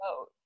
vote